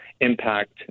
impact